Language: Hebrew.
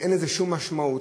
אין לזה שום משמעות.